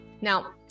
Now